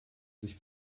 sich